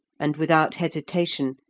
and, without hesitation,